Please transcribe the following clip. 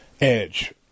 Edge